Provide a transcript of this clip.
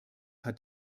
hat